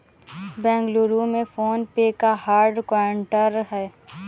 बेंगलुरु में फोन पे का headquarter हैं